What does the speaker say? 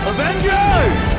Avengers